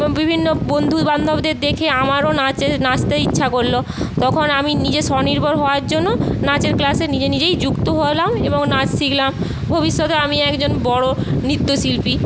ও বিভিন্ন বন্ধু বান্ধবদের দেখে আমারও নাচ নাচতে ইচ্ছা করলো তখন আমি নিজে স্বনির্ভর হওয়ার জন্য নাচের ক্লাসে নিজে নিজেই যুক্ত হলাম এবং নাচ শিখলাম ভবিষ্যতে আমি একজন বড়ো নৃত্যশিল্পী